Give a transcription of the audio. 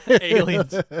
aliens